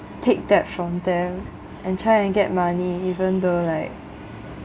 take that from them and try and get money even though like